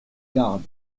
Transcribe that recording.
gardes